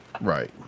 Right